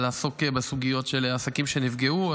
לעסוק בסוגיות של עסקים שנפגעו.